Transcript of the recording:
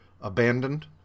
abandoned